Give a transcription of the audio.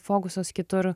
fokusas kitur